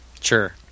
Sure